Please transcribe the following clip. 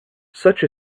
such